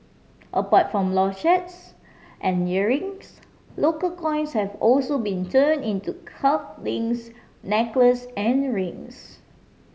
apart from and earrings local coins have also been turned into cuff links necklaces and rings